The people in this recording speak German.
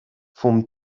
vom